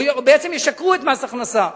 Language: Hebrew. או בעצם ישקרו למס הכנסה.